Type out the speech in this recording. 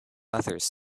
others